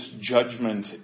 judgment